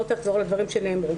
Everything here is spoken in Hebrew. לא רוצה לחזור על דברים שנאמרו.